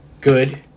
good